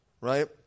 right